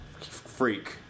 freak